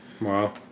Wow